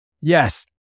Yes